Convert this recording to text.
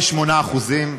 כ-8%,